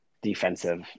defensive